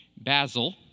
Basil